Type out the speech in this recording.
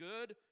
good